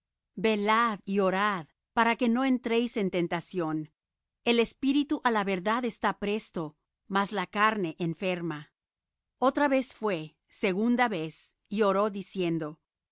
velad y orad para que no entréis en tentación el espíritu á la verdad está presto mas la carne enferma otra vez fué segunda vez y oró diciendo